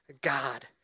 God